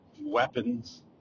weapons